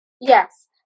yes